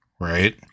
Right